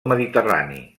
mediterrani